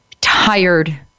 tired